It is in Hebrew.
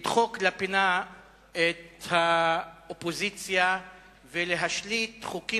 לדחוק לפינה את האופוזיציה ולהשליט חוקים